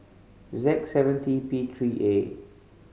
z seven T P three A